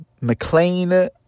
McLean